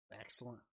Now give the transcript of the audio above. Excellent